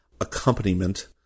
accompaniment